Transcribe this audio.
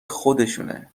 خودشونه